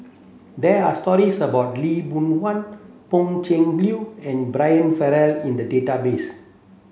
there are stories about Lee Boon Wang Pan Cheng Lui and Brian Farrell in the database